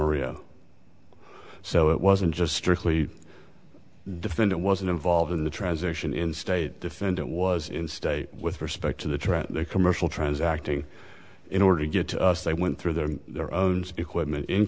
camera so it wasn't just strictly defendant wasn't involved in the transition in state defendant was in state with respect to the track and the commercial transacting in order to get to us they went through their their own equipment in